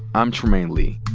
i'm trymaine lee.